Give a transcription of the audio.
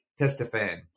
TestaFan